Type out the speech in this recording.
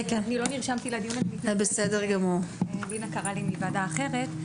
אני לא נרשמתי לדיון ולינא קראה לי מוועדה אחרת.